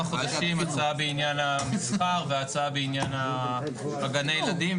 חודשים הצעה בעניין המסחר והצעה בעניין גני הילדים,